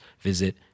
visit